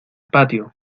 patio